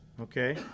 okay